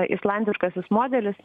islandiškasis modelis